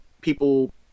people